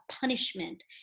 punishment